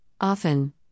Often